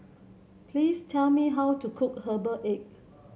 please tell me how to cook Herbal Egg